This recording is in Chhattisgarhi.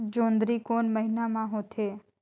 जोंदरी कोन महीना म होथे?